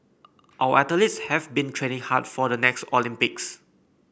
our athletes have been training hard for the next Olympics